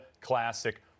Classic